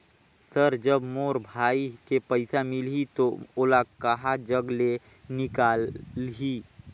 Sir जब मोर भाई के पइसा मिलही तो ओला कहा जग ले निकालिही?